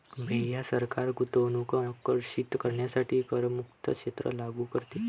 भैया सरकार गुंतवणूक आकर्षित करण्यासाठी करमुक्त क्षेत्र लागू करते